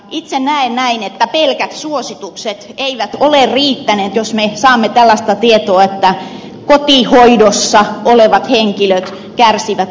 itse näen näin että pelkät suositukset eivät ole riittäneet jos me saamme tällaista tietoa että kotihoidossa olevat henkilöt kärsivät aliravitsemuksesta